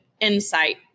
insight